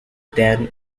then